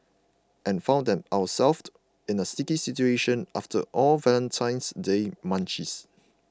and found ourselves in a sticky situation after all the Valentine's Day munchies